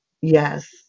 yes